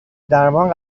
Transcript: درمان